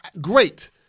Great